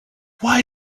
why